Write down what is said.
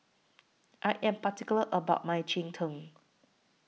I Am particular about My Cheng Tng